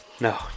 No